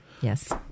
Yes